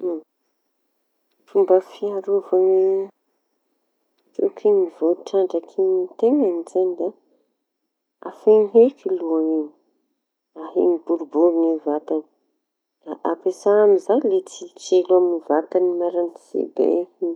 Fomba fiarovañy sokiñy vao trandraky ny teñany zañy da afeñiny eky lohañy iñy ahiañy boribory ny vatañy. Da ampiasa amy zay le tsilotsilo amy vatañy maranitsy be iñy.